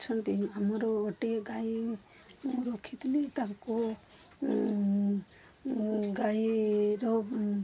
ଅଛନ୍ତି ଆମର ଗୋଟିଏ ଗାଈ ମୁଁ ରଖିଥିଲି ତାକୁ ଗାଈର